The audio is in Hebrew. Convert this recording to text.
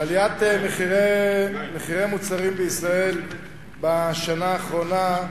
על עליית מחירי מוצרים בישראל בשנה האחרונה,